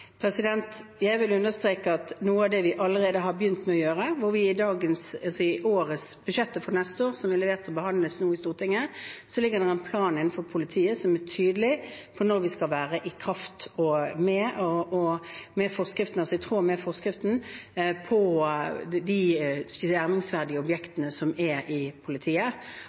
Jeg vil understreke noe av det vi allerede har begynt med å gjøre: I budsjettet for neste år, som nå behandles i Stortinget, ligger det en plan for politiet som er tydelig på når vi skal være i tråd med forskriften med tanke på de skjermingsverdige objektene som er i politiet.